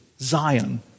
Zion